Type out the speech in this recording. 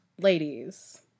Ladies